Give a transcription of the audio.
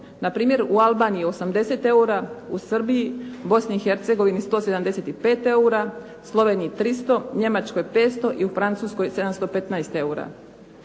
Npr. u Albaniji 80 eura, u Srbiji, Bosni i Hercegovini 175 eura, Sloveniji 300, Njemačkoj 500 i u Francuskoj 715 eura.